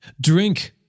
drink